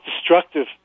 destructive